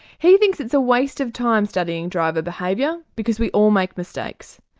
he thinks it's a waste of time studying driver behaviour because we all make mistakes.